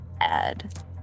add